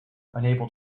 unable